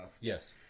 Yes